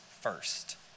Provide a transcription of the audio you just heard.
first